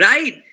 Right